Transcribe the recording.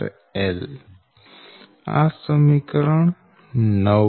IL આ સમીકરણ 9 છે